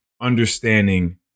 understanding